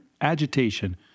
agitation